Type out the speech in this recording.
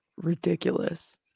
ridiculous